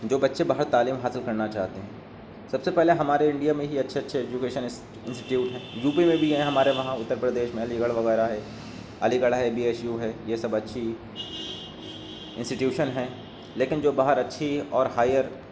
جو بچے بہت تعلیم حاصل کرنا چاہتے ہیں سب سے پہلے ہمارے انڈیا میں ہی اچھے اچھے ایجوکیشن انسٹیچیوٹ ہیں یوپی میں بھی ہیں ہمارے وہاں اتر پردیش میں علی گڑھ وغیرہ ہے علی گڑھ ہے بی ایچ یو ہے یہ سب اچھی انسٹیٹیوشن ہیں لیکن جو باہر اچھی اور ہائیر